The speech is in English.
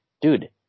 dude